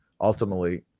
ultimately